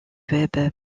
web